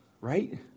Right